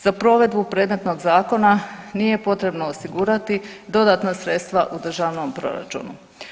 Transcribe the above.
Za provedbu predmetnog zakona nije potrebno osigurati dodatna sredstva u državnom proračunu.